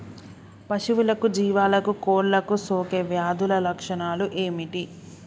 పశువులకు జీవాలకు కోళ్ళకు సోకే వ్యాధుల లక్షణాలు ఏమిటి?